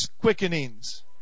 quickenings